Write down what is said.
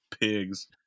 pigs